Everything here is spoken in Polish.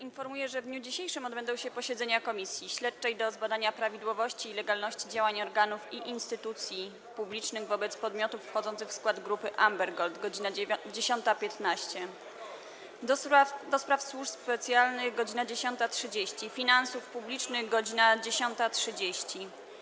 Informuję, że w dniu dzisiejszym odbędą się posiedzenia Komisji: - Śledczej do zbadania prawidłowości i legalności działań organów i instytucji publicznych wobec podmiotów wchodzących w skład Grupy Amber Gold - godz. 10.15, - do Spraw Służb Specjalnych - godz. 10.30, - Finansów Publicznych - godz. 10.30,